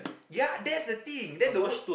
ya that's the thing then the wor~